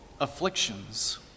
afflictions